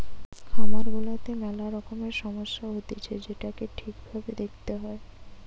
খামার গুলাতে মেলা রকমের সমস্যা হতিছে যেটোকে ঠিক ভাবে দেখতে হয়